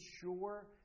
sure